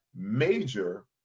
major